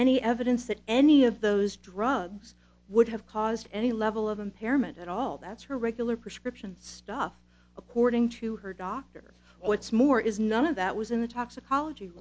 any evidence that any of those drugs would have caused any level of impairment at all that's her regular prescription stuff according to her doctor what's more is none of that was in the toxicology